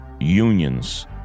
unions